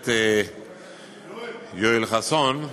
הכנסת יואל חסון,